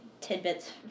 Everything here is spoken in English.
tidbits